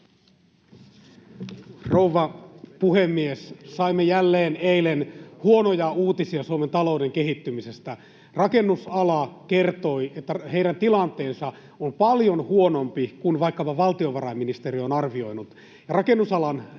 Rouva puhemies! Saimme jälleen eilen huonoja uutisia Suomen talouden kehittymisestä. Rakennusala kertoi, että heidän tilanteensa on paljon huonompi kuin vaikkapa valtiovarainministeriö on arvioinut.